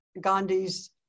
Gandhi's